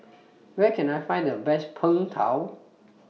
Where Can I Find The Best Png Tao